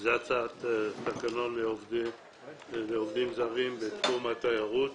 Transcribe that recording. זו הצעת תקנות לעובדים זרים בתחום התיירות.